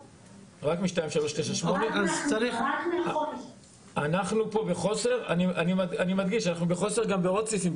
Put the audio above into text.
אני מדגיש שאנחנו בחוסר גם בעוד סעיפים,